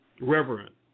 reverent